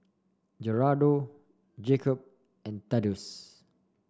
Gerardo Jakob and Thaddeus